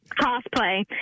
cosplay